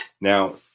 Now